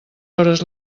hores